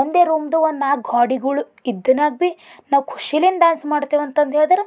ಒಂದೇ ರೂಮ್ದು ಒಂದು ನಾಲ್ಕು ಗೋಡೆಗಳು ಇದ್ದಿನಾಗ ಭಿ ನಾವು ಖುಷಿಲಿಂದ ಡಾನ್ಸ್ ಮಾಡ್ತೆವಂತಂದು ಹೇಳ್ದ್ರೆ